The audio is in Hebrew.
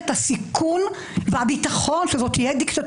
אין שום חוק שעבר בקריאה הראשונה שלא מונח עכשיו על השולחן.